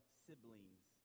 siblings